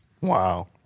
Wow